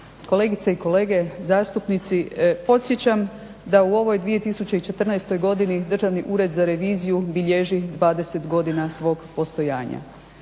kolegice i kolege zastupnici podsjećam da u ovoj 2014.godini Državni ured za reviziju bilježi 20 godina svog postojanja